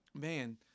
man